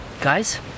guys